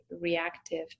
reactive